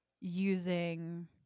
using